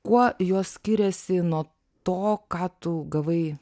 kuo jos skiriasi nuo to ką tu gavai